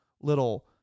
little